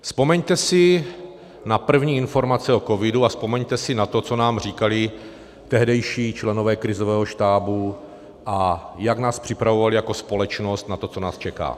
Vzpomeňte si na první informace o covidu a vzpomeňte si na to, co nám říkali tehdejší členové krizového štábu a jak nás připravovali jako společnost na to, co nás čeká.